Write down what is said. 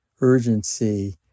urgency